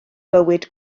bywyd